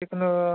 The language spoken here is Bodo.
जिखुनु